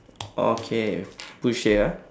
okay push here ah